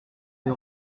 les